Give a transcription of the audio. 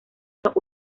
los